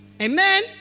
Amen